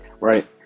right